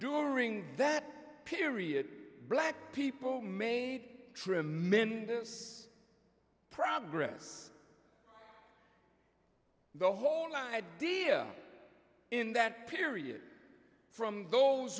during that period black people made tremendous progress the whole idea in that period from those